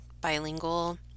bilingual